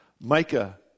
Micah